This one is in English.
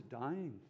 dying